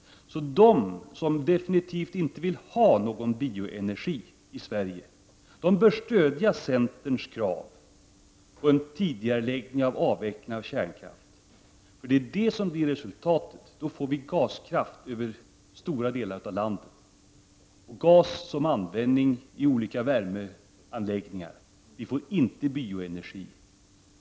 Den som definitivt inte vill ha någon bioenergi i Sverige bör stödja centerns krav på en tidigareläggning av avvecklingen av kärnkraften. Då får vi gaskraft över stora delar av landet. Gas kommer att användas i olika värmeanläggningar. Vi får inte bioenergi.